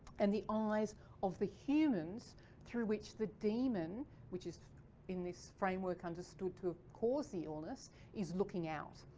and the eyes of the humans through which the demon which is in this framework understood to cause the illness is looking out.